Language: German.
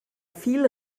viel